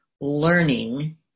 learning